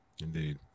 Indeed